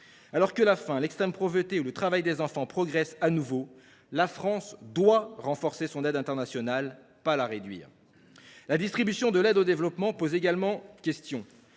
Alors que la faim, l’extrême pauvreté ou encore le travail des enfants progressent à nouveau, la France doit renforcer son aide internationale et non la réduire. La distribution de l’aide au développement pose également question.